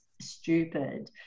stupid